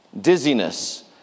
dizziness